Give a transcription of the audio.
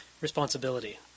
responsibility